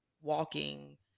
walking